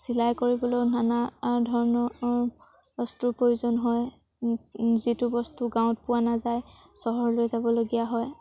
চিলাই কৰিবলৈয়ো নানা ধৰণৰ বস্তুৰ প্ৰয়োজন হয় যিটো বস্তু গাঁৱত পোৱা নাযায় চহৰলৈ যাবলগীয়া হয়